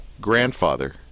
grandfather